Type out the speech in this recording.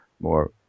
more